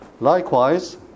Likewise